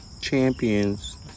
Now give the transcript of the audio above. Champions